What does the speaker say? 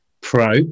Pro